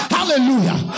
Hallelujah